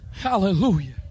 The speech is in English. Hallelujah